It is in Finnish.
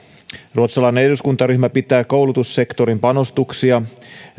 ruotsalainen eduskuntaryhmä pitää koulutussektorin panostuksia